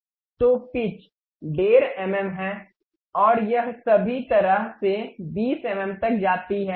तो pitch 15 mm है और यह सभी तरह से 20 एमएम तक जाती है